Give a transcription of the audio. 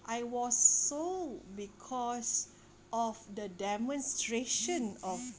I was sold because of the demonstration of